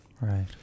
Right